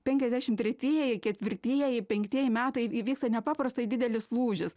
penkiasdešimt tretieji ketvirtieji penktieji metai įvyksta nepaprastai didelis lūžis